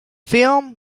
film